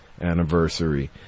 anniversary